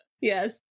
Yes